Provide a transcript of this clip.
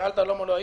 שאלת למה לא הייתי.